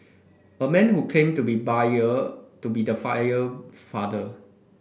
a man who claimed to be buyer to be the fire father